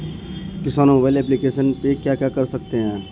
किसान mobile application पे क्या क्या कर सकते हैं?